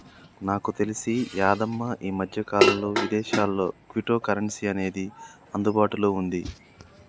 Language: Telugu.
నాకు తెలిసి యాదమ్మ ఈ మధ్యకాలంలో విదేశాల్లో క్విటో కరెన్సీ అనేది అందుబాటులో ఉంది